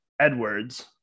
Edwards